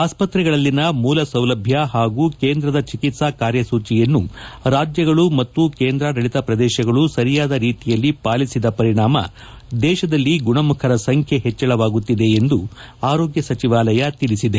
ಆಸ್ಪತ್ರೆಗಳಲ್ಲಿನ ಮೂಲ ಸೌಲಭ್ವ ಹಾಗೂ ಕೇಂದ್ರದ ಚಿಕಿತ್ಸಾ ಕಾರ್ಯಸೂಚಿಯನ್ನು ರಾಜ್ಯಗಳು ಹಾಗೂ ಕೇಂದ್ರಾಡಳಿತ ಪ್ರದೇಶಗಳು ಸರಿಯಾದ ರೀತಿಯಲ್ಲಿ ಪಾಲಿಸಿದ ಪರಿಣಾಮ ದೇಶದಲ್ಲಿ ಗುಣಮುಖರ ಸಂಖ್ಯೆ ಹೆಚ್ಚಳವಾಗುತ್ತಿದೆ ಎಂದು ಆರೋಗ್ನ ಸಚಿವಾಲಯ ತಿಳಿಸಿದೆ